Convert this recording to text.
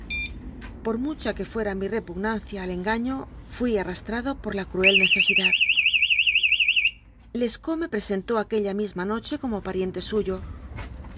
por mucha que fue se mi repugnancia al engaño fui arrastrado por la cruel necesidad lescaut me presentó aquella misma noche como pariente suyo